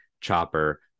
Chopper